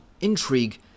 intrigue